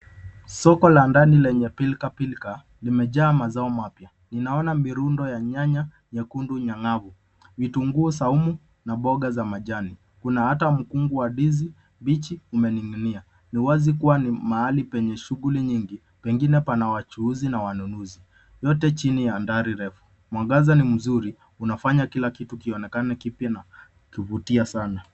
Soko la ndani lenye pilikapilka, limejaa mazao mapya . Ninaona mirundo ya nyanya nyekundu nyang'avu, vitunguu saumu, na mboga za majani. Kuna hata mkungu wa ndizi mbichi umening'inia. Ni wazi kua ni mahali penye shughuli nyingi, pengine pana wachuuzi na wanunuzi, yote chini dari refu. Mwangaza ni mzuri, unafanya kila kitu kionekana kipya na kuvutia sana.